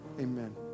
amen